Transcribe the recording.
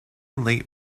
late